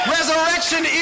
Resurrection